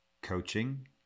coaching